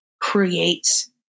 creates